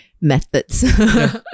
methods